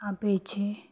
આપે છે